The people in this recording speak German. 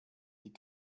die